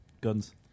Guns